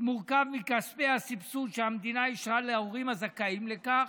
מורכב מכספי הסבסוד שהמדינה אישרה להורים הזכאים לכך,